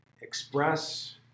express